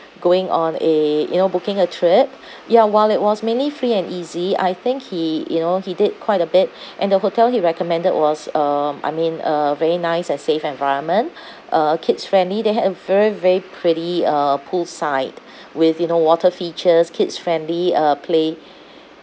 going on a you know booking a trip ya while it was mainly free and easy I think he you know he did quite a bit and the hotel he recommended was um I mean a very nice and safe environment uh kids friendly they had a very very pretty uh poolside with you know water features kids friendly uh play